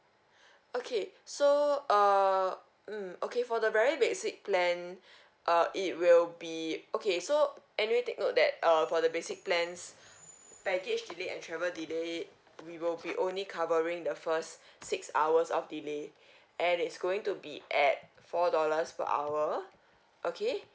okay so err mm okay for the very basic plan uh it will be okay so anyway take note that err for the basic plans baggage delay and travel delay we will be only covering the first six hours of delay and it's going to be at four dollars per hour okay